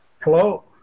Hello